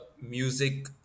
music